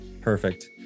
Perfect